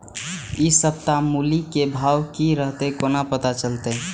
इ सप्ताह मूली के भाव की रहले कोना पता चलते?